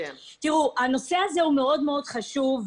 הנושא הזה מאוד-מאוד חשוב.